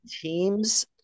teams